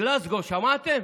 גלזגו שמעתם?